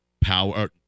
power